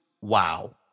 wow